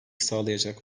sağlayacak